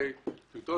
כלפי רעיונות